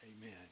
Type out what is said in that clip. Amen